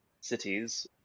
cities